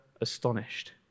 astonished